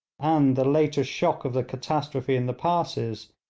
the later shock of the catastrophe in the passes,